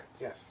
Yes